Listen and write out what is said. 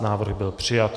Návrh byl přijat.